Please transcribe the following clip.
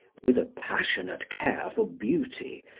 with a passionate care for beauty,